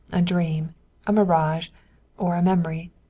a dream a mirage or a memory.